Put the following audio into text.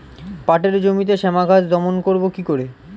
পাটের জমিতে শ্যামা ঘাস দমন করবো কি করে?